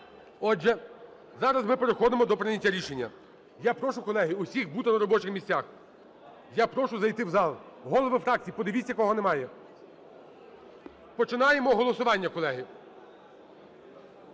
Отже, зараз ми переходимо до прийняття рішення. Я прошу, колеги, усіх бути на робочих місцях. Я прошу зайти в зал. Голови фракцій, подивіться, кого немає. Починаємо голосування колеги.